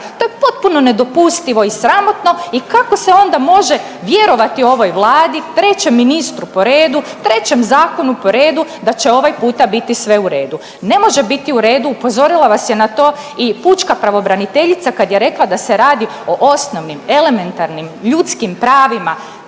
To je potpuno nedopustivo i sramotno i kako se onda može vjerovati ovoj Vladi, trećem ministru po redu, trećem zakonu po redu da će ovaj puta biti sve u redu. Ne može biti u redu, upozorila vas je na to i pučka pravobraniteljica kad je rekla da se radi o osnovnim, elementarnim ljudskim pravima.